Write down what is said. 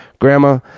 Grandma